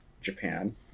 Japan